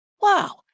wow